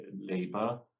Labour